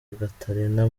gatarina